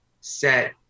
set